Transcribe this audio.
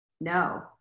no